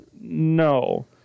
No